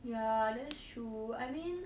yeah that's true I mean